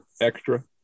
extra